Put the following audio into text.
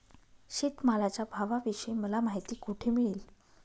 शेतमालाच्या भावाविषयी मला माहिती कोठे मिळेल?